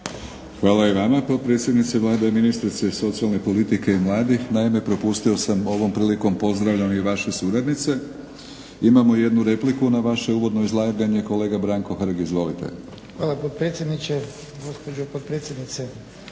Hvala i vama potpredsjednice Vlade i ministrice socijalne politike i mladih. Naime, propustio sam i ovom prilikom pozdravljam i vaše suradnice. Imamo i jednu repliku na vaše uvodno izlaganje. Kolega Branko Hrg, izvolite. **Hrg, Branko (HSS)** Hvala potpredsjedniče, gospođo potpredsjednice